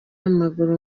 w’amaguru